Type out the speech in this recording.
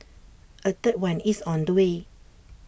A third one is on the way